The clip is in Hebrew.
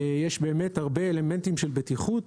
יש באמת הרבה אלמנטים של בטיחות.